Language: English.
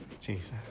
Jesus